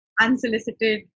unsolicited